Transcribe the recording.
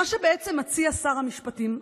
מה שמציע אדוני שר המשפטים,